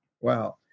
Wow